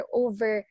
over